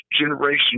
generation